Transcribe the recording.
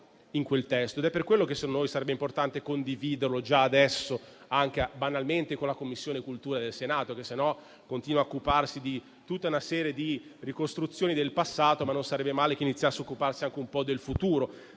è per quello che per noi sarebbe importante condividerlo già adesso, banalmente con la Commissione cultura del Senato, che altrimenti continua a occuparsi di tutta una serie di ricostruzioni del passato, ma non sarebbe male che iniziasse a occuparsi anche un po' del futuro.